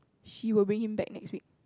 she will bring him back next week